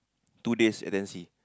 two days absentee